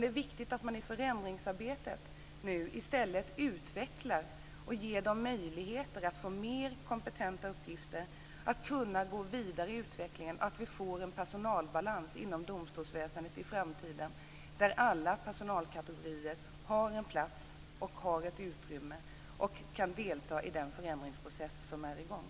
Det är viktigt att man i förändringsarbetet nu i stället utvecklar dem och ger dem möjlighet till mer kompetenta uppgifter så att de kan gå vidare i utvecklingen, så att vi får en personalbalans inom domstolsväsendet i framtiden. Alla personalkategorier ska ha plats och utrymme, och alla ska kunna delta i den förändringsprocess som är i gång.